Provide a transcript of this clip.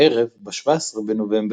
בערב ב-17 בנובמבר,